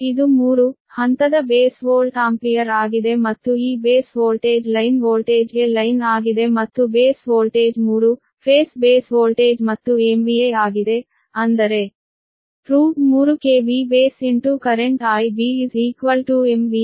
ಇದು 3 ಹಂತದ base volt ampere ಆಗಿದೆ ಮತ್ತು ಈ ಬೇಸ್ ವೋಲ್ಟೇಜ್ ಲೈನ್ ವೋಲ್ಟೇಜ್ಗೆ ಲೈನ್ ಆಗಿದೆ ಮತ್ತು base voltage 3 phase base voltage ಮತ್ತು MVA ಆಗಿದೆ ಅಂದರೆ 3Bcurrent IBMVA baseB